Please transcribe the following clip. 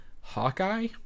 Hawkeye